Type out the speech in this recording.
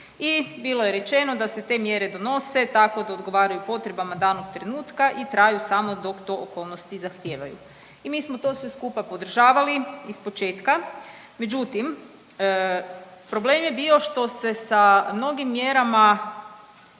i bilo je rečeno da se te mjere donose tako da odgovaraju potrebama danog trenutka i traju samo dok to okolnosti zahtijevaju. I mi smo to sve skupa podržavali iz početka međutim problem je bio što se sa mnogim mjerama